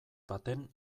baten